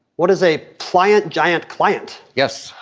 what does a client. giant client? yes.